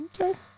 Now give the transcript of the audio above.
Okay